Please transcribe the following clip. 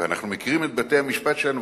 ואנחנו מכירים את בתי-המשפט שלנו,